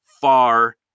far